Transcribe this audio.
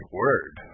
word